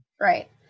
Right